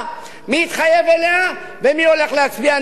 מי התחייב לה ומי הולך להצביע נגדה.